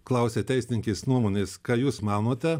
klausia teisininkės nuomonės ką jūs manote